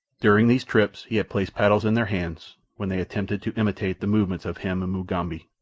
during these trips he had placed paddles in their hands, when they attempted to imitate the movements of him and mugambi,